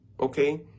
Okay